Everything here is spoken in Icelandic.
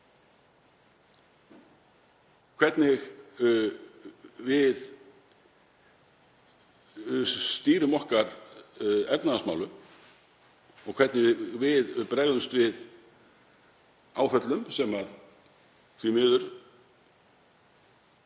hvernig við stýrum okkar efnahagsmálum og hvernig við bregðumst við áföllum, sem því miður